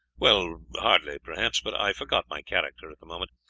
well, hardly, perhaps but i forgot my character at the moment.